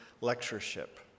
Lectureship